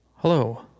Hello